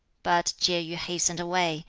but chieh-yu hastened away,